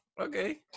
Okay